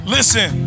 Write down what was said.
Listen